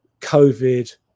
COVID